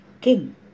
king